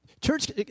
Church